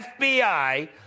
FBI